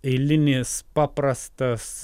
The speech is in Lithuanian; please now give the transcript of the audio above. eilinis paprastas